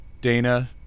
Dana